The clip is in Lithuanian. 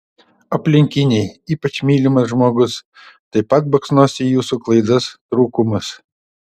aplinkiniai ypač mylimas žmogus taip pat baksnos į jūsų klaidas trūkumus